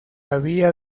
había